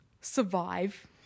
survive